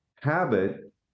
habit